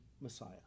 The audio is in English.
Messiah